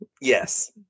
Yes